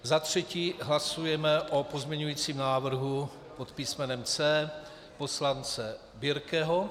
Za třetí hlasujeme o pozměňovacím návrhu pod písmenem C poslance Birkeho.